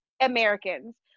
Americans